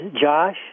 Josh